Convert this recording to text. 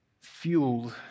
fueled